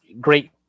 great